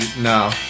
No